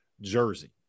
jersey